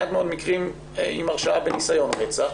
מעט מאוד מקרים עם הרשעה בניסיון רצח.